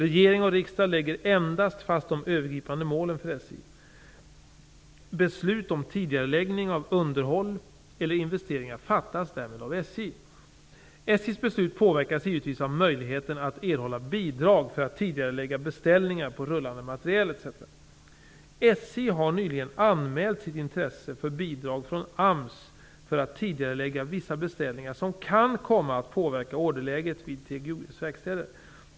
Regering och riksdag lägger endast fast de övergripande målen för SJ. Beslut om tidigareläggning av underhåll eller investeringar fattas därmed av SJ. SJ:s beslut påverkas givetvis av möjligheten att erhålla bidrag för att tidigarelägga beställningar på rullande materiel etc. SJ har nyligen anmält sitt intresse för bidrag från AMS för att tidigarelägga vissa beställningar som kan komma att påverka orderläget vid TGOJ:s verkstäder.